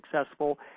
successful